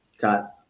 got